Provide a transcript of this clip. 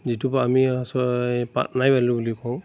যিটো পা আমি আচই পাটনাই আলু বুলি কওঁ